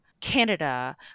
Canada